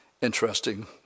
interesting